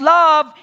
love